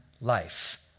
life